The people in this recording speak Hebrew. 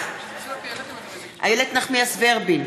בעד איילת נחמיאס ורבין,